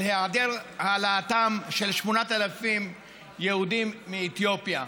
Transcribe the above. של אי-העלאתם של 8,000 יהודים מאתיופיה.